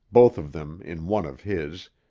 both of them in one of his,